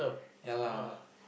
ya lah